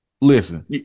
Listen